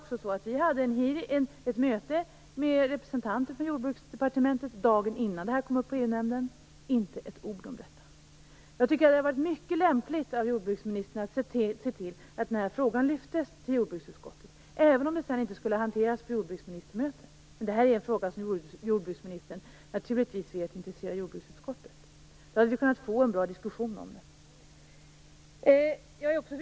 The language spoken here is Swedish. Utskottet hade ett möte med representanter för Jordbruksdepartementet dagen innan detta kom upp i EU-nämnden. Inte ett ord om detta nämndes. Jag tycker att det hade varit mycket lämpligt av jordbruksministern att se till att frågan tagits upp i jordbruksutskottet, även om den sedan inte skulle ha hanterats på jordbruksministermötet. Detta är en fråga som jordbruksministern naturligtvis vet intresserar jordbruksutskottet. Vi hade kunnat få en bra diskussion om den.